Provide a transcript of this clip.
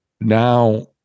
now